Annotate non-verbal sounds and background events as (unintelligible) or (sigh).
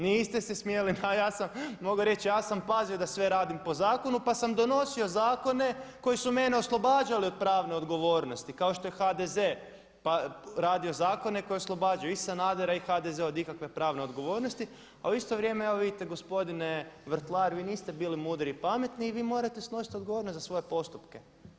Niste se, … (unintelligible) ma ja sam, mogu reći, ja sam pazio da sve radim po zakonu, pa sam donosio zakone koji su mene oslobađali od pravne odgovornosti kao što je HDZ radio zakone koje je oslobađao i Sanadera i HDZ od ikakve pravne odgovornosti a u isto vrijeme evo vidite gospodine vrtlar vi niste bili mudri i pametni i vi morate snositi odgovornost za svoje postupke.